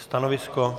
Stanovisko?